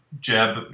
Jeb